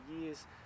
years